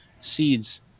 seeds